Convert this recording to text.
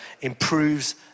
improves